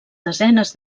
desenes